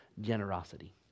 Generosity